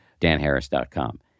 danharris.com